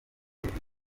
rusizi